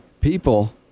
People